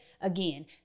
again